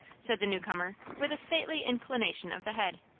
said the newcomer, with a stately inclination of the head.